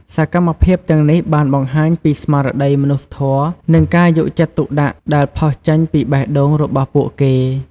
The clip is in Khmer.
សកម្មភាពទាំងនេះបានបង្ហាញពីស្មារតីមនុស្សធម៌ និងការយកចិត្តទុកដាក់ដែលផុសចេញពីបេះដូងរបស់ពួកគេ។